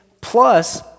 plus